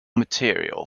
material